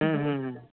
ह्म्म ह्म्म ह्म्म